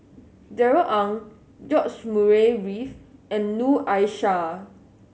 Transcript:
Darrell Ang George Murray Reith and Noor Aishah